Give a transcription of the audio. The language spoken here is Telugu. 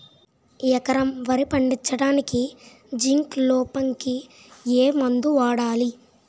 ఎకరం వరి పండించటానికి జింక్ లోపంకి ఏ మందు వాడాలి?